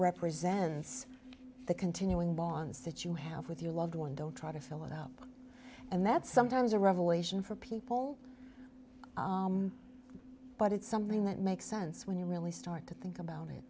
represents the continuing bonds that you have with your loved one don't try to fill it up and that's sometimes a revelation for people but it's something that makes sense when you really start to think about it